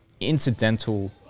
incidental